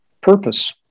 purpose